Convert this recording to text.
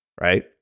right